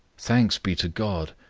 thanks be to god,